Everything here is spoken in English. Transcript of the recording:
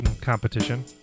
competition